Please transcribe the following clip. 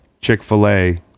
chick-fil-a